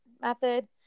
method